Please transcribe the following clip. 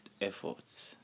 efforts